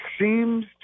seems